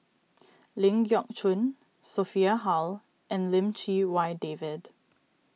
Ling Geok Choon Sophia Hull and Lim Chee Wai David